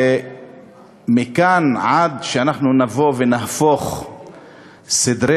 ומכאן ועד שאנחנו נבוא ונהפוך סדרי